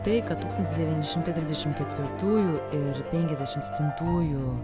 tai kad tūkstantis devyni šimtai trisdešim ketvirtųjų ir penkiasdešim septintųjų